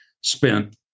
spent